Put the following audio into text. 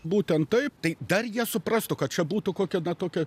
būtent taip tai dar jie suprastų kad čia būtų kokie na tokie